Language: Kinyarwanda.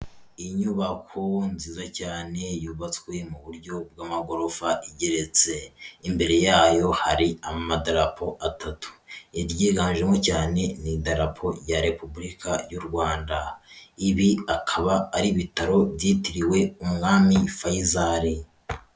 Inyubako nziza cyane yubatswe mu buryo bw'amagorofa igeretse, imbere yayo hari amadarapo atatu, iryiganjemo cyane ni idarapo ya repubulika y'u Rwanda, ibi akaba ari ibitaro byitiriwe umwami Fayisari.